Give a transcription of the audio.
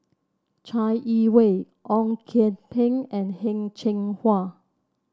Chai Yee Wei Ong Kian Peng and Heng Cheng Hwa